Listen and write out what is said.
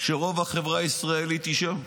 שרוב החברה הישראלית היא שם.